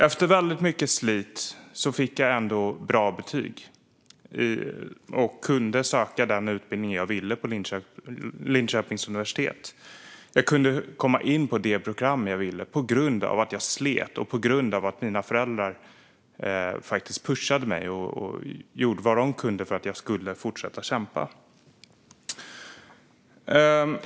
Efter väldigt mycket slit fick jag bra betyg och kunde söka den utbildning jag ville på Linköpings universitet. Jag kunde komma in på det program jag ville på grund av att jag slet och på grund av att mina föräldrar pushade mig och gjorde vad de kunde för att jag skulle fortsätta kämpa.